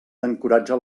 encoratja